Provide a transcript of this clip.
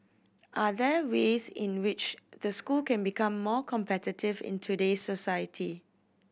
are there ways in which the school can become more competitive in today's society